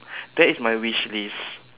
that is my wishlist